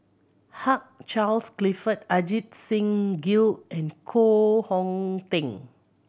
Hugh Charles Clifford Ajit Singh Gill and Koh Hong Teng